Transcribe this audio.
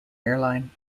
airline